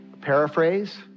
Paraphrase